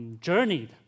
journeyed